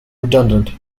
redundant